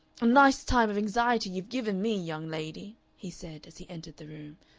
a nice time of anxiety you've given me, young lady, he said, as he entered the room.